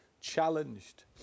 challenged